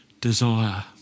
desire